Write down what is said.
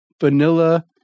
vanilla